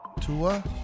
Tua